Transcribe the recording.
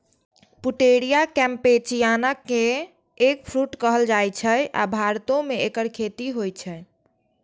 Pouteria campechiana कें eggfruit कहल जाइ छै, आ भारतो मे एकर खेती होइ छै